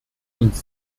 uns